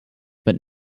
but